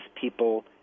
people